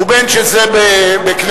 ובין שזה בכנסייה.